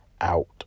out